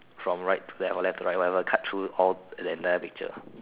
from right to left or left to right whatever cut through all the entire picture